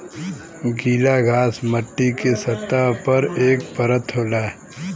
गीला घास मट्टी के सतह पर एक परत होला